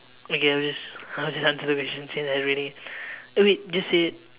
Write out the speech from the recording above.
okay I'll just I'll just answer the question since I really eh wait this is